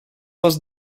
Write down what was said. was